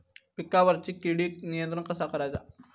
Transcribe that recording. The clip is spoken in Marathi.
पिकावरची किडीक नियंत्रण कसा करायचा?